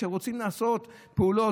וכשרוצים לעשות פעולות,